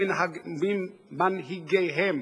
וממנהיגיהם.